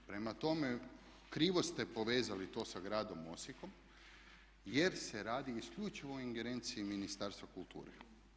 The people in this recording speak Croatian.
Prema tome, krivo ste povezali to sa gradom Osijekom jer se radi isključivo o ingerenciji Ministarstva kulture.